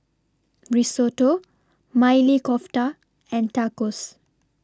Risotto Maili Kofta and Tacos